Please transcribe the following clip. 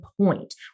point